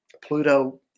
Pluto